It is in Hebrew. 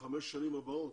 לחמש השנים הבאות,